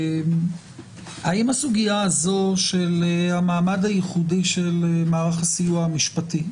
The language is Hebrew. האם הסוגיה הזו של המעמד הייחודי של מערך הסיוע המשפטי,